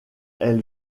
elle